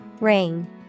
Ring